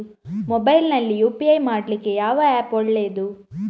Mobile ನಲ್ಲಿ UPI ಮಾಡ್ಲಿಕ್ಕೆ ಯಾವ ಆ್ಯಪ್ ಒಳ್ಳೇದು?